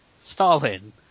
Stalin